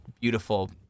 beautiful